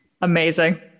Amazing